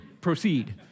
Proceed